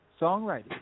songwriting